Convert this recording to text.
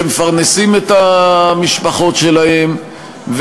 שמפרנסים את המשפחות שלהם,